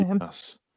yes